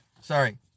sorry